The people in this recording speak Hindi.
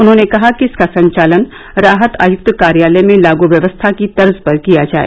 उन्होंने कहा कि इसका संचालन राहत आयुक्त कार्यालय में लागू व्यवस्था की तर्ज पर किया जाए